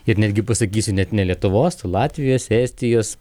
ir net gi pasakysiu net ne lietuvos latvijos estijos